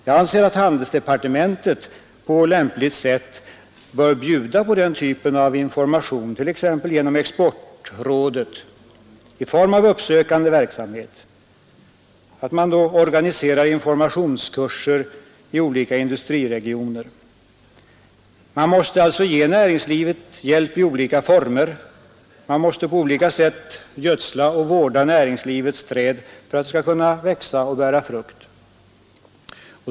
Jag anser att handelsdepartementet på lämpligt sätt bör bjuda på den typen av information i form av uppsökande verksamhet — t.ex. genom exportrådet som kunde anordna informationskurser i olika industriregioner. Man måste alltså ge näringslivet hjälp i olika former. Man måste på olika sätt gödsla och vårda näringslivets träd för att det skall växa och bära frukt.